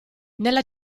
nella